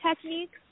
techniques